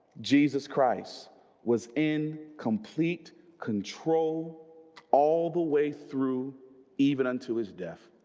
jesus christ was in complete control all the way through even unto his death